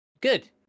good